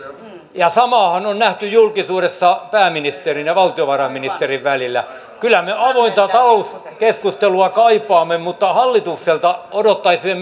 samaahan on nähty julkisuudessa pääministerin ja valtiovarainministerin välillä kyllä me avointa talouskeskustelua kaipaamme mutta hallitukselta odottaisimme